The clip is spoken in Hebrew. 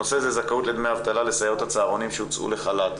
הנושא זה זכאות לדמי אבטלה לסייעות הצהרונים שהוצאו לחל"ת.